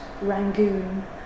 Rangoon